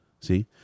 see